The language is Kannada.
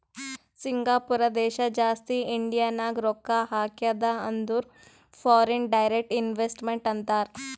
ಸಿಂಗಾಪೂರ ದೇಶ ಜಾಸ್ತಿ ಇಂಡಿಯಾನಾಗ್ ರೊಕ್ಕಾ ಹಾಕ್ಯಾದ ಅಂದುರ್ ಫಾರಿನ್ ಡೈರೆಕ್ಟ್ ಇನ್ವೆಸ್ಟ್ಮೆಂಟ್ ಅಂತಾರ್